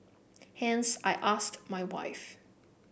hence I asked my wife